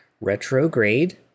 Retrograde